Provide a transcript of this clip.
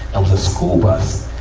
and was a school bus.